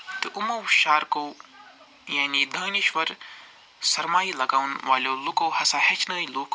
تہٕ یِمو شارکو یعنی دانِشوَر سَرمایہِ لگاوَن والیو لُکو ہَسا ہیٚچھنٲے لُکھ